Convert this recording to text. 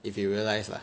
if you realize lah